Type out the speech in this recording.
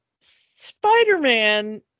Spider-Man